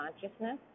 consciousness